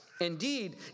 Indeed